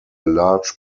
large